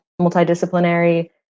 multidisciplinary